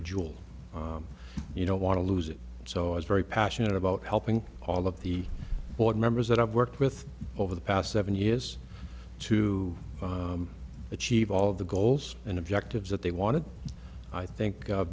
a jewel you don't want to lose it so i was very passionate about helping all of the board members that i've worked with over the past seven years to achieve all of the goals and objectives that they wanted i think